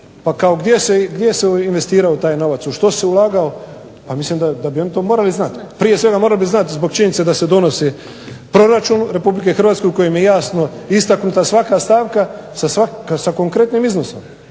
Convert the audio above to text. pa kao gdje se investirao taj novac, u što se ulagao. Pa mislim da bi oni to morali znati. Prije svega morali bi znati zbog činjenice da se donosi proračun Republike Hrvatske u kojem je jasno istaknuta svaka stavka sa konkretnim iznosom.